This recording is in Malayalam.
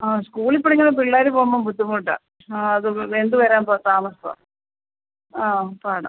ആ സ്കൂളിൽ പഠിപ്പിക്കുന്ന പിള്ളേർ പോവുമ്പോൾ ബുദ്ധിമുട്ടാണ് ആ അത് വെന്ത് വരാൻ താമസമാണ് ആ പാടാണ്